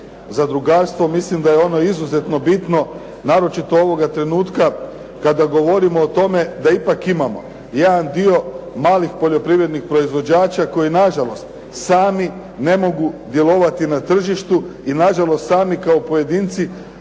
zadrugarstvo, mislim da je ono izuzetno bitno, naročito ovoga trenutka kada govorimo o tome da ipak imamo jedan dio malih poljoprivrednih proizvođača koji nažalost sami ne mogu djelovati na tržištu i nažalost sami kao pojedinci,